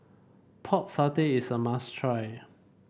Pork Satay is a must try